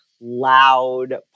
loud